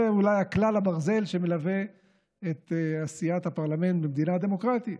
זה אולי כלל הברזל שמלווה את עשיית הפרלמנט במדינה דמוקרטית.